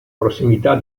prossimità